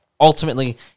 ultimately